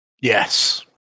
Yes